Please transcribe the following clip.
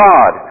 God